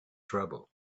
trouble